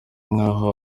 nkaho